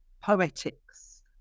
poetics